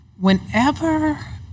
whenever